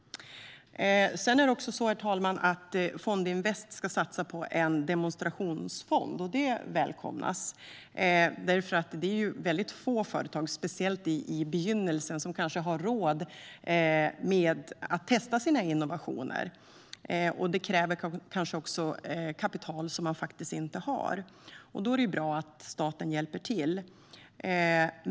Herr talman! Fondinvest ska satsa på en demonstrationsfond. Det välkomnas, för det är väldigt få företag, speciellt i begynnelsen, som har råd att testa sina innovationer. Det kräver kanske också kapital som de faktiskt inte har. Då är det bra att staten hjälper till.